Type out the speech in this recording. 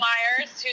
Myers